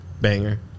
Banger